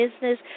business